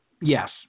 Yes